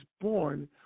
born